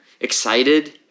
excited